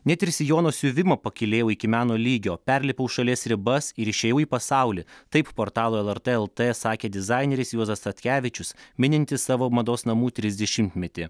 net ir sijono siuvimą pakylėjau iki meno lygio perlipau šalies ribas ir išėjau į pasaulį taip portalui lrt el t sakė dizaineris juozas statkevičius minintis savo mados namų trisdešimtmetį